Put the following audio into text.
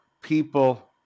people